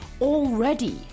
already